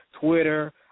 Twitter